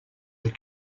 were